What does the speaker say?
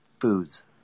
foods